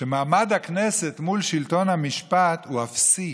היא שמעמד הכנסת מול שלטון המשפט הוא אפסי.